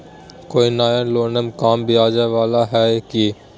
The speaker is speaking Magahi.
कोइ नया लोनमा कम ब्याजवा वाला हय की?